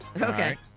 Okay